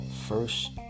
first